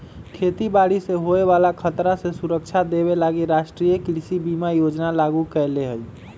खेती बाड़ी से होय बला खतरा से सुरक्षा देबे लागी राष्ट्रीय कृषि बीमा योजना लागू कएले हइ